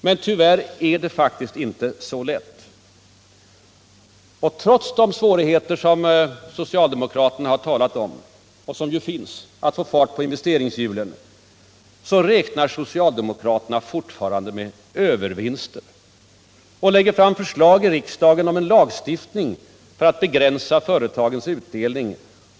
Men tyvärr är det inte så lätt. Och trots de svårigheter socialdemokraterna talat om att få fart på investeringshjulen räknar socialdemokraterna fortfarande med övervinster och lägger fram förslag i riksdagen om en lagstiftning för att begränsa företagens utdelning.